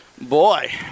Boy